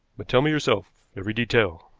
but tell me yourself every detail.